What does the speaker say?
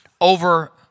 over